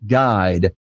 guide